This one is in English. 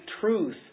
truth